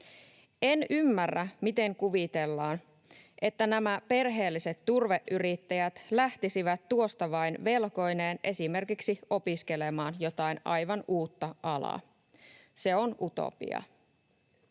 En ymmärrä, miten kuvitellaan, että nämä perheelliset turveyrittäjät lähtisivät tuosta vain velkoineen esimerkiksi opiskelemaan jotain aivan uutta alaa. Se on utopia.